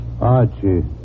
Archie